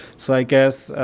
so i guess